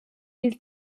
dil